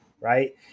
right